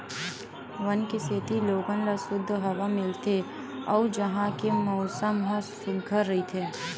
वन के सेती लोगन ल सुद्ध हवा मिलथे अउ उहां के मउसम ह सुग्घर रहिथे